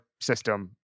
system